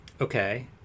Okay